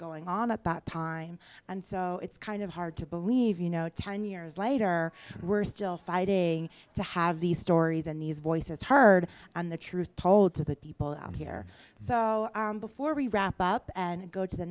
going on at that time and so it's kind of hard to believe you know ten years later we're still fighting to have these stories and these voices heard and the truth told to the people out here so before we wrap up and go to the